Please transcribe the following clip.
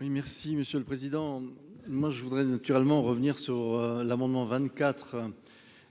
merci Monsieur le Président. Moi je voudrais naturellement revenir sur l'amendement 24